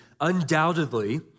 undoubtedly